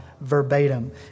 verbatim